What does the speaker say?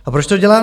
A proč to děláte?